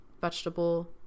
vegetable